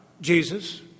Jesus